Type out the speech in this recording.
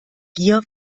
gier